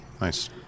Nice